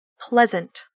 pleasant